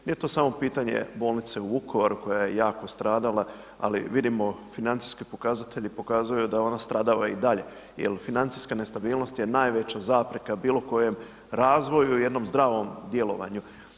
Nije to samo pitanje bolnice u Vukovaru koja je jako stradala, ali vidimo financijski pokazatelji pokazuju da je ona strada i dalje jer financijska nestabilnost je najveća zapreka bilo kojem razvoju i jednom zdravom djelovanju.